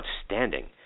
outstanding